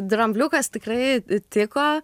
drambliukas tikrai tiko